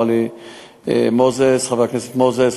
אמר לי חבר הכנסת מוזס,